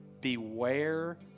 Beware